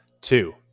two